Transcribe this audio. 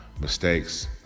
mistakes